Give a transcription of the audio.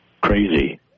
crazy